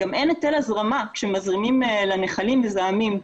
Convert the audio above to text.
אין היטל הזרמה כשמזרימים לנחלים מזהמים,